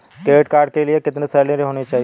Credit card के लिए कितनी सैलरी होनी चाहिए?